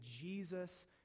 jesus